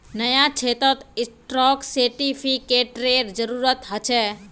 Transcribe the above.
न्यायक्षेत्रत स्टाक सेर्टिफ़िकेटेर जरूरत ह छे